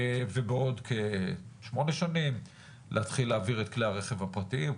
ובעוד כשמונה שנים להתחיל להעביר את כלי הרכב הפרטיים,